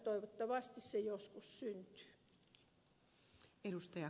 toivottavasti se joskus syntyy